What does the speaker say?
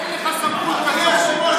יריב אמר שאין לך סמכות להוציא מהפרסה.